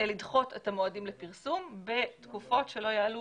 לדחות את המועדים לפרסום בתקופות שלא יעלו